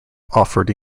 offered